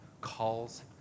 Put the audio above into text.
calls